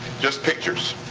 just pictures.